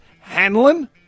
Hanlon